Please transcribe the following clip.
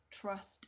trust